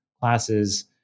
classes